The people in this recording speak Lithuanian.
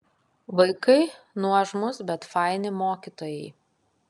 vaikai nuožmūs bet faini mokytojai